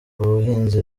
ubuhinzi